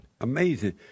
Amazing